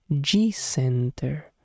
G-Center